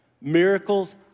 Miracles